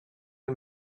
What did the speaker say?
and